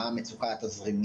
מהר מהר.